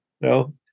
no